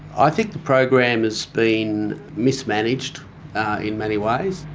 i think the program has been mismanaged in many ways.